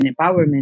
Empowerment